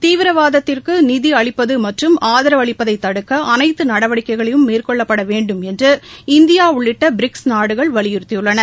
தீவிரவாதத்திற்கு நிதி அளிப்பது மற்றும் ஆதரவளிப்பதை தடுக்க அனைத்து நடவடிக்கைகளும் மேற்கொள்ளப்பட வேண்டும் என்று இந்தியா உள்ளிட்ட பிரிக்ஸ் நாடுகள் வலியுறுத்தியுள்ளன